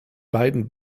beiden